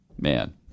man